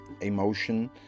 emotion